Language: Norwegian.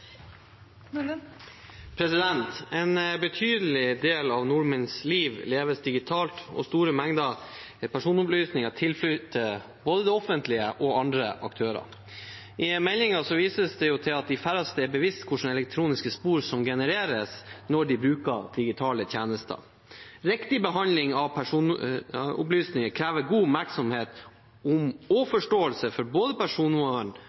En betydelig del av nordmenns liv leves digitalt, og store mengder personopplysninger tilflyter både det offentlige og andre aktører. I meldingen vises det til at de færreste er bevisste hvilke elektroniske spor som genereres når de bruker digitale tjenester. Riktig behandling av personopplysninger krever god oppmerksomhet om og forståelse for både personvern